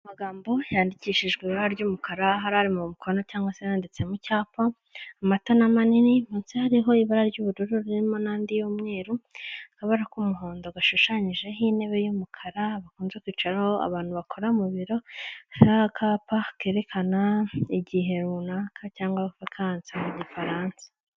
Amagambo yandikishijwe ibara ry'umukara aho ari mu mukono cyangwa se yanditse mu cyapa, amato n'amanini munsi hariho ibara ry'ubururu ririmo n'andi'y'umweru. Akabara k'umuhondo gashushanyijeho intebe y'umukara bakunze kwicaraho abantu bakora mu biro, n'akapa kerekana igihe runaka cyangwa vakanse mu gifaransa.